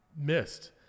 missed